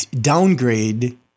downgrade